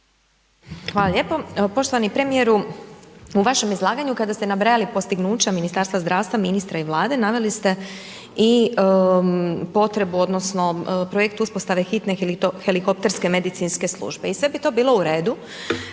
Hvala lijepo. Poštovani premijeru u vašem izlaganju kada ste nabrajali postignuća Ministarstva zdravstva, ministra i Vlade naveli ste projekt uspostave hitne helikopterske medicinske službe. I sve bi to bilo u redu